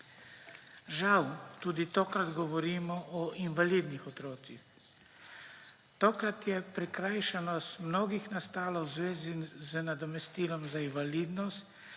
Žal tudi tokrat govorimo o invalidnih otrocih. Tokrat je prikrajšanost mnogih nastala v zvezi z nadomestilom za invalidnosti